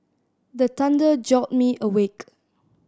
the thunder jolt me awake